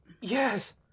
Yes